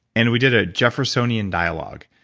and we did a jeffersonian dialogue,